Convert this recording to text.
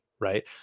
right